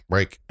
Break